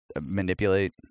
manipulate